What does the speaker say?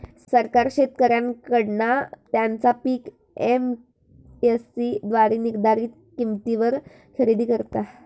सरकार शेतकऱ्यांकडना त्यांचा पीक एम.एस.सी द्वारे निर्धारीत किंमतीवर खरेदी करता